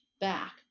back